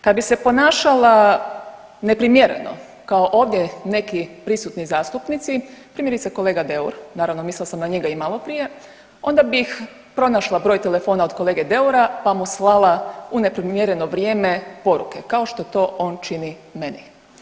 Kad bi se ponašala neprimjereno kao ovdje neki prisutni zastupnici primjerice kolega Deur, naravno mislila sam na njega i maloprije onda bih pronašla broj telefona od kolege Deura pa mu slala u neprimjereno vrijeme poruke kao što to on čini meni.